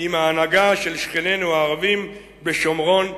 עם ההנהגה של שכנינו הערבים בשומרון,